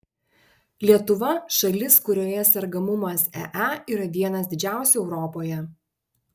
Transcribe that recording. lietuva šalis kurioje sergamumas ee yra vienas didžiausių europoje